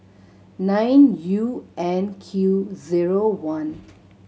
nine U N Q zero one